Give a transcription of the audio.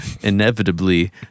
Inevitably